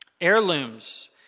Heirlooms